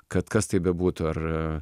kad kas tai bebūtų ar